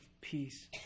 peace